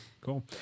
cool